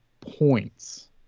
points